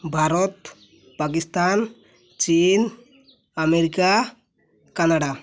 ଭାରତ ପାକିସ୍ତାନ ଚୀନ୍ America Canada